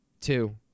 two